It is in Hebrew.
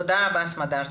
תודה רבה סמדר.